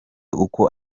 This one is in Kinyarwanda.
ukwo